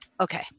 Okay